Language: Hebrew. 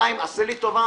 חיים, עשה לי טובה.